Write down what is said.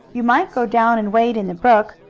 you might go down and wade in the brook.